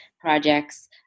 projects